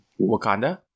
wakanda